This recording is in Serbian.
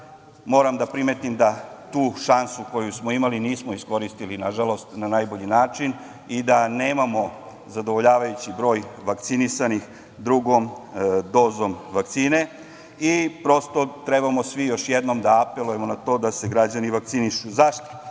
Moram da primetim da tu šansu koju smo imali nismo iskoristili, nažalost, na najbolji način i da nemamo zadovoljavajući broj vakcinisanih drugom dozom vakcine. Prosto, trebamo svi još jednom da apelujemo na to da se građani vakcinišu.Zašto?